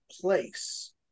place